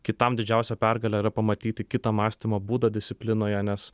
kitam didžiausia pergalė yra pamatyti kitą mąstymo būdą disciplinoje nes